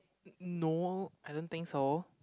n~ no I don't think so